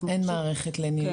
אין מערכת --- כן.